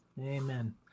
amen